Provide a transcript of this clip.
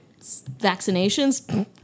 vaccinations